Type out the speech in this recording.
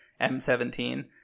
M17